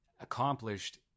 accomplished